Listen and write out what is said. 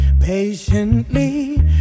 Patiently